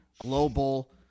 global